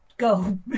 go